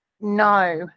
no